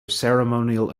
ceremonial